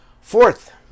Fourth